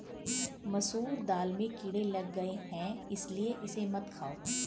मसूर दाल में कीड़े लग गए है इसलिए इसे मत खाओ